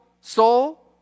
Soul